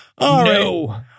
No